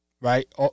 Right